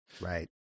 Right